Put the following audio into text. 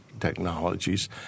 technologies